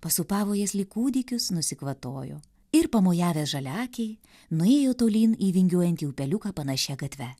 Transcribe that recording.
pasūpavo jas lyg kūdikius nusikvatojo ir pamojavęs žaliaakei nuėjo tolyn į vingiuojantį upeliuką panašia gatve